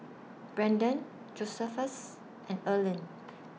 Braedon Josephus and Earline